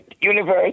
universe